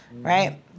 right